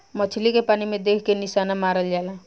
मछली के पानी में देख के निशाना मारल जाला